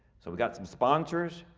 so we got some sponsors,